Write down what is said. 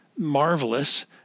marvelous